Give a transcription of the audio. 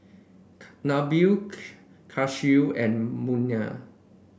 Nabil Khalish and Munah